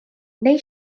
neu